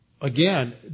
again